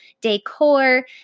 decor